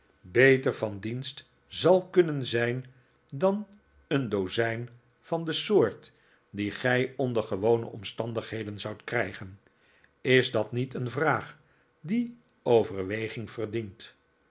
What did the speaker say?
beter van dienst zal kunnen zijn dan een dozijn van de soort die gij onder gewone omstandigheden zoudt krijgen is dat niet een vraag die overweging verdient